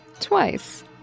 Twice